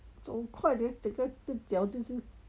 走快点整个的脚就是